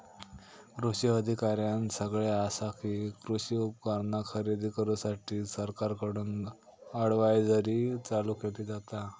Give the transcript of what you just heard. कृषी अधिकाऱ्यानं सगळ्यां आसा कि, कृषी उपकरणा खरेदी करूसाठी सरकारकडून अडव्हायजरी चालू केली जाता